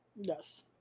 yes